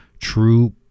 true